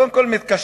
קודם כול מתקשרים.